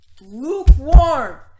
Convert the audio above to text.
lukewarm